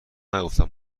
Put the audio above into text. نگفتن